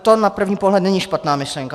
To na první pohled není špatná myšlenka.